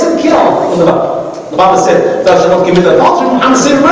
you know but baba said doesn't give me the cotton